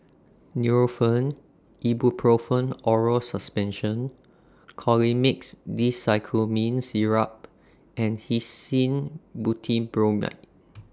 Nurofen Ibuprofen Oral Suspension Colimix Dicyclomine Syrup and Hyoscine Butylbromide